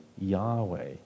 Yahweh